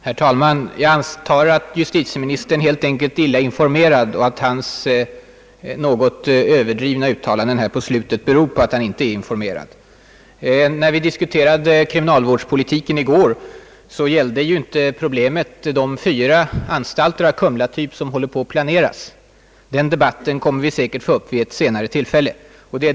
Herr talman! Jag antar att justitieministern helt enkelt är illa informerad och att hans överdrivna uttalanden här på slutet beror på att han inte är informerad. När vi diskuterade kriminalvårdspolitiken i går, gällde ju debatten inte de fyra anstalter av kumlatyp som håller på att planeras. De problemen kommer vi säkert att få diskutera vid ett senare tillfälle.